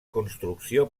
construcció